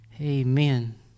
amen